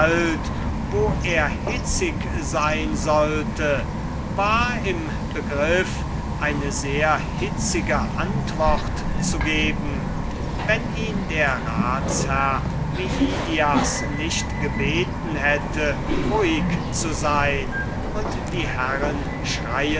wo er hitzig sein sollte war im begriff eine sehr hitzige antwort zu geben wenn ihn der ratsherr meidias nicht gebeten hätte ruhig zu sein und die herren